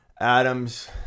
Adams